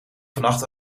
vannacht